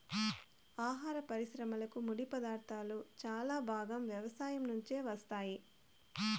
ఆహార పరిశ్రమకు ముడిపదార్థాలు చాలా భాగం వ్యవసాయం నుంచే వస్తాయి